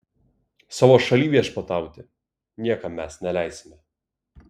savo šalyj viešpatauti niekam mes neleisime